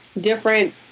different